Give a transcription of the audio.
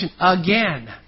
again